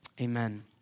amen